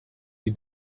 die